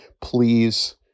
please